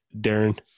darren